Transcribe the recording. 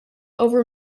over